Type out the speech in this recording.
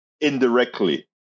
indirectly